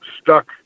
stuck